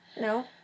No